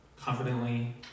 confidently